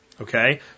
okay